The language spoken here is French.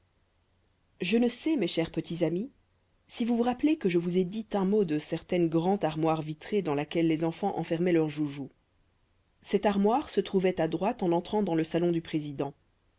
je ne sais mes chers petits amis si vous vous rappelez que je vous ai dit un mot de certaine grande armoire vitrée dans laquelle les enfants enfermaient leurs joujoux cette armoire se trouvait à droite en entrant dans le salon du président